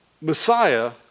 Messiah